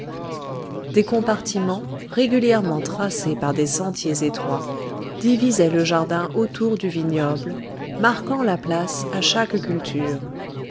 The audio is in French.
des compartiments régulièrement tracés par des sentiers étroits divisaient le jardin autour du vignoble marquant la place à chaque culture